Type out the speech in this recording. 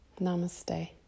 Namaste